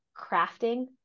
crafting